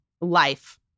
life